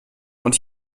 und